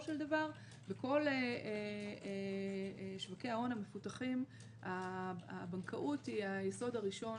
של דבר בכל שווקי ההון המפותחים הבנקאות היא היסוד הראשון